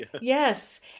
Yes